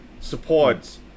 supports